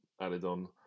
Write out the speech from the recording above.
added-on